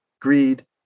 greed